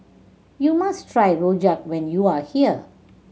you must try rojak when you are here